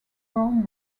perform